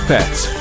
Pets